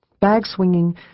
Bag-swinging